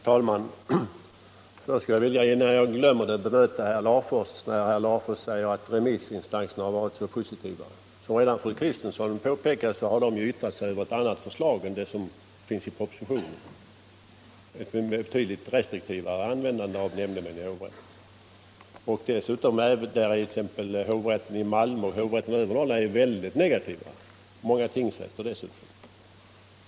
Herr talman! Innan jag glömmer det vill jag först bemöta herr Larfors när han säger att remissinstanserna är positiva. Som redan fru Kristensson påpekat har de ju yttrat sig över ett annat förslag än det som finns i propositionen, med ett betydligt restriktivare användande av nämndemän i hovrätten. Dessutom är hovrätterna i Malmö och övre Norrland över huvud taget mycket negativa, liksom många tingsrätter.